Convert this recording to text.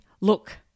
Look